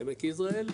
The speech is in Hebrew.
עמק יזרעאל,